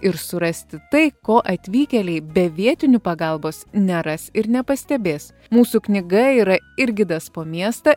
ir surasti tai ko atvykėliai be vietinių pagalbos neras ir nepastebės mūsų knyga yra ir gidas po miestą